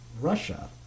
Russia